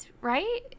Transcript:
right